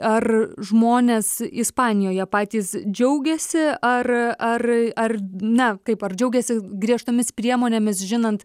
ar žmonės ispanijoje patys džiaugiasi ar ar ar na kaip ar džiaugiasi griežtomis priemonėmis žinant